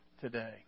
today